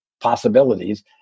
possibilities